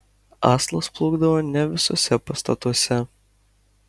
aslas plūkdavo ne visuose pastatuose